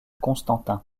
constantin